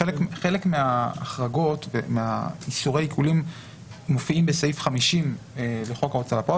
חלק מההחרגות ומאיסורי העיקולים מופיעים בסעיף 50 לחוק ההוצאה לפועל,